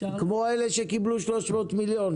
כמו שאלה שקיבלו 300 מיליון,